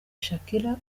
shakira